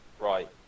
Right